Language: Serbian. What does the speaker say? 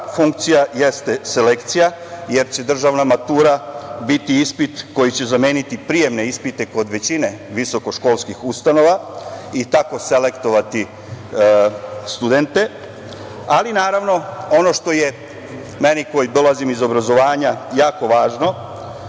funkcija, jeste selekcija, jer će državna matura biti ispit koji će zameniti prijemne ispite kod većine visoko školskih ustanova i tako selektovati studente, ali naravno ono što je meni koji dolazim iz obrazovanja, jako važno,